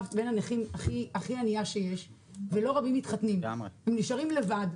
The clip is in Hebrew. הכי ענייה שיש מבין הנכים ולא רבים מתחתנים הם נשארים לבד,